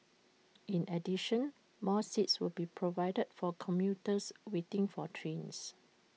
in addition more seats will be provided for commuters waiting for trains